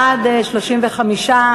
התשע"ג 2013,